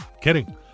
kidding